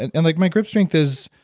and and like my grip strength is,